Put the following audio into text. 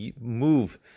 move